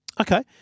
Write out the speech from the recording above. Okay